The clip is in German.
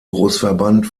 großverband